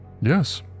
Yes